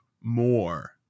more